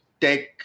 tech